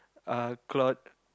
uh Claude